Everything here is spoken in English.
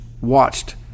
watched